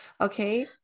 Okay